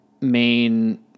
main